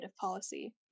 policy